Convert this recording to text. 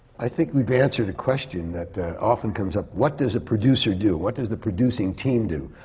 i think we've answered a question that that often comes up. what does a producer do? what does the producing team do?